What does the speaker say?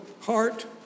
heart